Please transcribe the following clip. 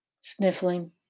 Sniffling